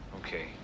Okay